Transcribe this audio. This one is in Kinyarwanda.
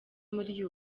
muri